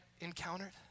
encountered